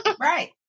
Right